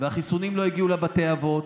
והחיסונים לא הגיעו לבתי האבות,